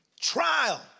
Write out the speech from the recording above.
trial